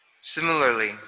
Similarly